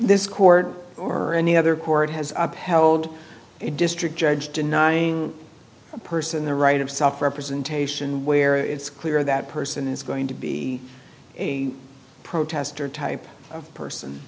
this court or any other court has upheld a district judge denying person the right of self representation where it's clear that person is going to be a protester type person